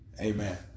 Amen